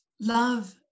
love